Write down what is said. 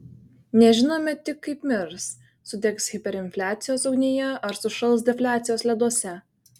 nežinome tik kaip mirs sudegs hiperinfliacijos ugnyje ar sušals defliacijos leduose